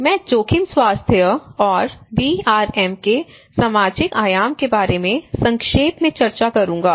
मैं जोखिम स्वास्थ्य और डीआरएम के सामाजिक आयाम के बारे में संक्षेप में चर्चा करूंगा